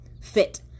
Fit